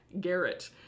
Garrett